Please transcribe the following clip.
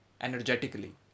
energetically